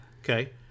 Okay